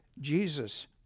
Jesus